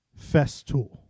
Festool